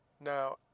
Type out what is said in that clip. Now